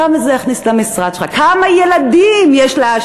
כמה זה יכניס למשרד שלך, כמה ילדים יש לעשירים?